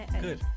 Good